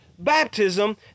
Baptism